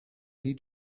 did